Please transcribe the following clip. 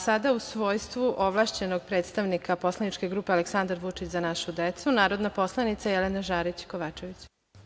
Sada u svojstvu ovlašćenog predstavnika poslaničke grupe Aleksandar Vučić – Za našu decu, narodna poslanica Jelena Žarić Kovačević.